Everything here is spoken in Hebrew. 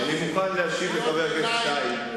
אני מוכן להשיב לחבר הכנסת שי.